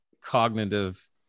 cognitive